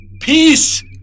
Peace